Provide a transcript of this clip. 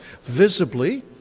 visibly